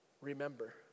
remember